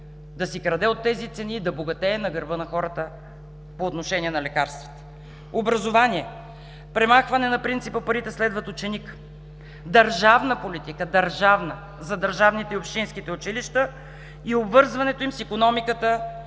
да си краде от тези цени, да богатее на гърба на хората, по отношение на лекарствата. Образование – премахване на принципа „парите следват ученика“. Държавна политика! Държавна за държавните и общинските училища и обвързването им с икономиката